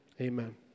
Amen